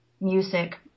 Music